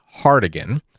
Hardigan